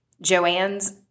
Joanne's